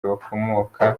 bakomokamo